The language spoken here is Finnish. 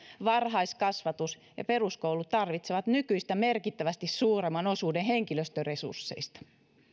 varhaiskasvatus ja peruskoulu tarvitsee nykyistä merkittävästi suuremman osuuden henkilöstöresursseista